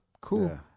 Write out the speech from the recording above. cool